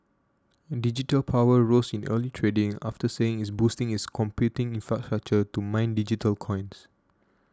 Digital Power rose in early trading after saying it's boosting its computing infrastructure to mine digital coins